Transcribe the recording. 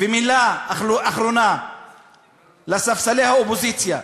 ומילה אחרונה לספסלי האופוזיציה.